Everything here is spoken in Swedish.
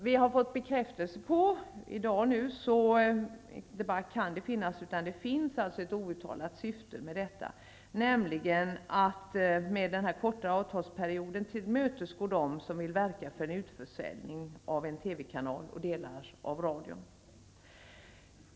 Vi har i dag fått bekräftat att det finns ett outtalat syfte med detta, nämligen att med den förkortade avtalsperioden tillmötesgå dem som vill verka för en utförsäljning av en TV-kanal och delar av radioverksamheten.